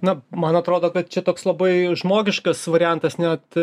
na man atrodo kad čia toks labai žmogiškas variantas net